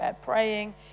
praying